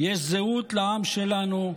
יש זהות לעם שלנו,